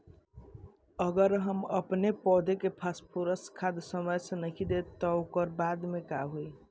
अगर हम अपनी पौधा के फास्फोरस खाद समय पे नइखी देत तअ ओकरी बाद का होई